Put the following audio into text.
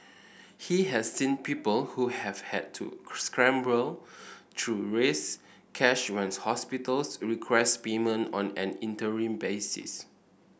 he has seen people who have had to scramble to raise cash when hospitals request payment on an interim basis